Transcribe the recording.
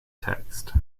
text